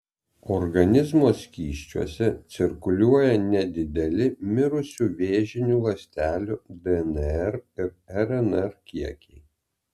organizmo skysčiuose cirkuliuoja nedideli mirusių vėžinių ląstelių dnr ir rnr kiekiai